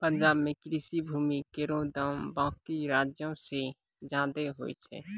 पंजाब म कृषि भूमि केरो दाम बाकी राज्यो सें जादे होय छै